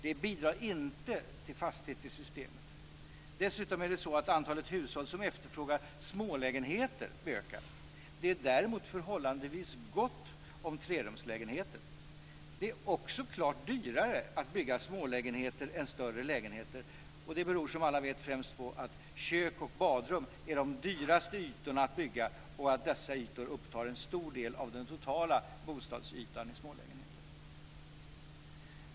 Det bidrar inte till fasthet i systemet. Dessutom ökar antalet hushåll som efterfrågar smålägenheter. Det är däremot förhållandevis gott om trerumslägenheter. Det är också klart dyrare att bygga smålägenheter än större lägenheter. Och det beror, som alla vet, främst på att kök och badrum att de dyraste ytorna att bygga och att dessa ytor upptar en stor del av den totala bostadsytan i smålägenheter.